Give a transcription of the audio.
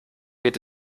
wird